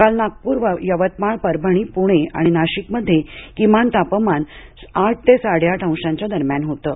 काल नागपूर यवतमाळ परभणी पुणे आणि नाशिकमध्ये किमान तापमान आठ ते साडेआठ अंशांच्या दरम्यान होतं